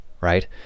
right